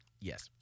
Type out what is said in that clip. yes